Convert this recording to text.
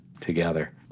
together